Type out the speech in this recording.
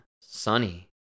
Sunny